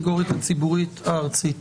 התבשרנו בשבוע האחרון